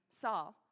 Saul